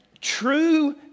True